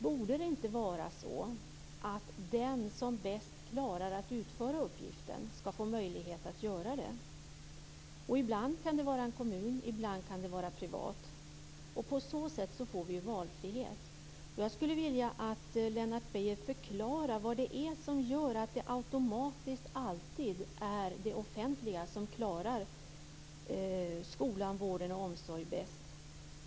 Borde det inte vara så att den som bäst klarar att utföra uppgiften skall få möjlighet att göra det? Ibland kan det vara en kommun. Ibland kan det vara en privat verksamhet. På så sätt får vi valfrihet. Jag skulle vilja att Lennart Beijer förklarade vad som gör att det offentliga automatiskt klarar skolan, vården och omsorgen bäst.